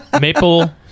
maple